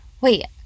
wait